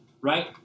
Right